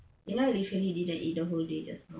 you know I literally didn't eat the whole day just now